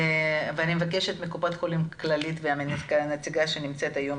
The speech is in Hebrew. ואני מבקשת מקופת חולים כללית והנציגה שנמצאת איתנו היום,